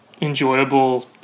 enjoyable